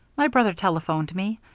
my brother telephoned to me.